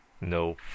no